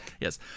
Yes